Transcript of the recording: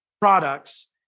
products